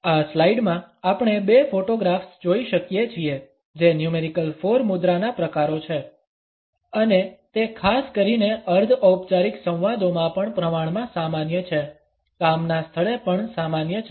આ સ્લાઇડમાં આપણે બે ફોટોગ્રાફ્સ જોઈ શકીએ છીએ જે ન્યુમેરિકલ 4 મુદ્રાના પ્રકારો છે અને તે ખાસ કરીને અર્ધ ઔપચારિક સંવાદોમાં પણ પ્રમાણમાં સામાન્ય છે કામના સ્થળે પણ સામાન્ય છે